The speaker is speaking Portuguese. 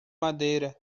madeira